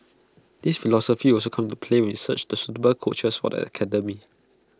this philosophy will also come into play we search for suitable coaches for the academy